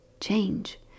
change